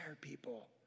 people